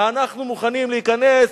אנחנו מוכנים להיכנס.